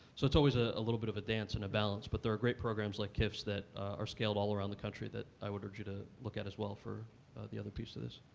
so it's always ah a little bit of a dance and a balance. but there are great programs like kiff's that are scaled all around the country that i would urge you to look at as well for the other piece of this.